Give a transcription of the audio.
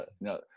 no